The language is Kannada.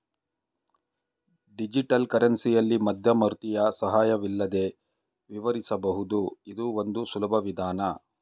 ಡಿಜಿಟಲ್ ಕರೆನ್ಸಿಯಲ್ಲಿ ಮಧ್ಯವರ್ತಿಯ ಸಹಾಯವಿಲ್ಲದೆ ವಿವರಿಸಬಹುದು ಇದು ಒಂದು ಸುಲಭ ವಿಧಾನ